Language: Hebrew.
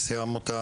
נשיא העמותה,